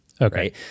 Okay